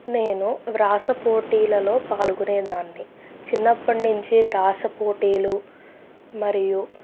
నేను వ్యాస పోటీలలో పాల్గొనేదాన్ని చిన్నప్పటి నుంచి వ్యాస పోటీలు మరియు